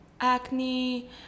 acne